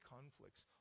conflicts